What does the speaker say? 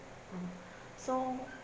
ah so